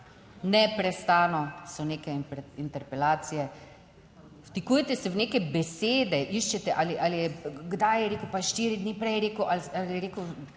neprestano so neke interpelacije. Vtikujete se v neke besede, iščete ali je kdaj je rekel pa štiri dni prej rekel ali je rekel